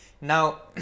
Now